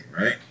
right